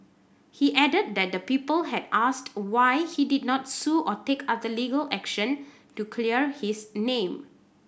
he added that the people had asked why he did not sue or take other legal action to clear his name